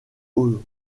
aux